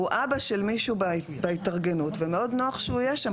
הוא אבא של מישהו בהתארגנות ומאוד נוח שהוא יהיה שם